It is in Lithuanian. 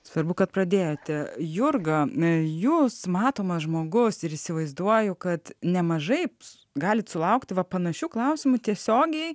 svarbu kad pradėjote jurga jūs matomas žmogus ir įsivaizduoju kad nemažai galit sulaukti va panašių klausimų tiesiogiai